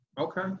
Okay